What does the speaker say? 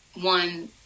one